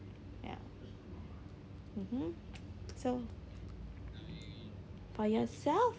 ya mmhmm so for yourself